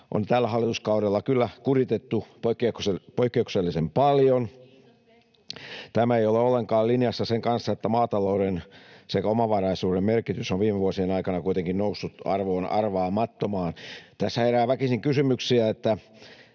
on tällä hallituskaudella kyllä kuritettu poikkeuksellisen paljon. [Sanna Antikainen: Kiitos keskustalle!] Tämä ei ole ollenkaan linjassa sen kanssa, että maatalouden sekä omavaraisuuden merkitys on viime vuosien aikana kuitenkin noussut arvoon arvaamattomaan. Tässä herää väkisin kysymyksiä, ja